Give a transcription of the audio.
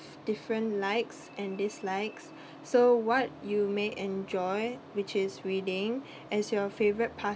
different likes and dislikes so what you may enjoy which is reading as your favourite